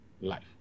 Life